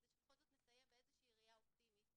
כדי שבכל זאת נסיים באיזושהי ראיה אופטימית.